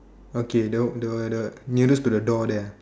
okay the the the nearest to the door there ah